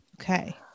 Okay